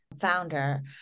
founder